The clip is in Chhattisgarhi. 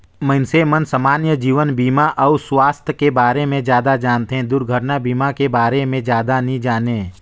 मइनसे मन समान्य जीवन बीमा अउ सुवास्थ के बारे मे जादा जानथें, दुरघटना बीमा के बारे मे जादा नी जानें